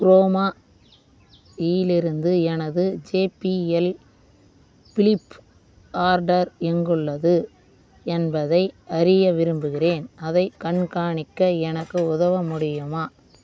chroma இலிருந்து எனது JBL Flip order எங்குள்ளது என்பதை அறிய விரும்புகிறேன் அதைக் கண்காணிக்க எனக்கு உதவ முடியுமா